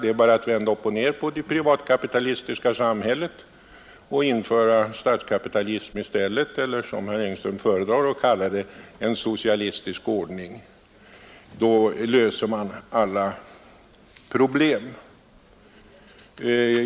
Det är bara att vända upp och ner på det privatkapitalistiska samhället och införa statskapitalism i stället eller, som herr Engström föredrar att kalla det, en socialistisk ordning. Då löser man alla problem.